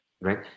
right